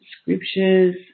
scriptures